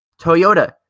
Toyota